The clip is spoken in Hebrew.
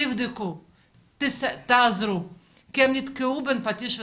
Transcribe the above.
תבדקו ותעזרו, כי הם נתקעו בין הפטיש לסדן.